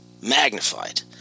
magnified